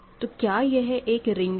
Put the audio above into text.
तो क्या यह एक रिंग है